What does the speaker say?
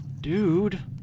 Dude